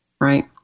right